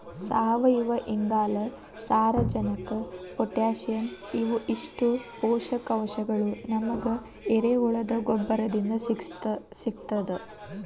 ಸಾವಯುವಇಂಗಾಲ, ಸಾರಜನಕ ಪೊಟ್ಯಾಸಿಯಂ ಇವು ಇಷ್ಟು ಪೋಷಕಾಂಶಗಳು ನಮಗ ಎರೆಹುಳದ ಗೊಬ್ಬರದಿಂದ ಸಿಗ್ತದ